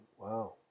Wow